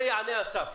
לזה יתייחס אסף,